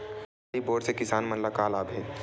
सरकारी बोर से किसान मन ला का लाभ हे?